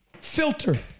filter